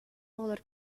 оҕолор